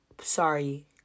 Sorry